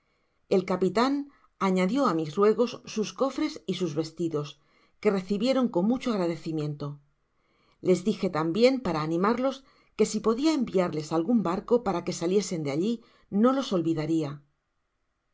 el capitan añadio á mis ruegos sus cofres y sus vestidos que recibieron con mucho agradecimiento les dije tambien para animarlos que si podia enviarles algun barco para que saliesen de alli no los olvidaria